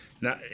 Now